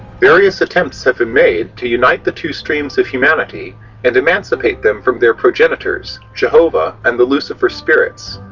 various attempts have been made to unite the two streams of humanity and emancipate them from their progenitors, jehovah and the lucifer spirits.